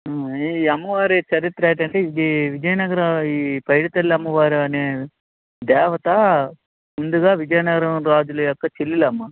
ఈ అమ్మవారి చరిత్ర ఏంటంటే ఇది విజయనగరం ఈ పైడితల్లి అమ్మవారు అనే దేవత ముందుగా విజయనగరం రాజులు యొక్క చెల్లెలు అమ్మా